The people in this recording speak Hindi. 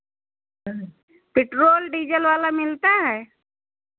अच्छा पेट्रोल डीजल वाला मिलता है